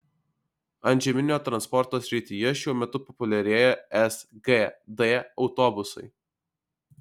antžeminio transporto srityje šiuo metu populiarėja sgd autobusai